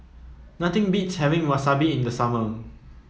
nothing beats having Wasabi in the summer